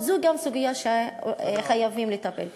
גם זו סוגיה שחייבים לטפל בה.